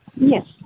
Yes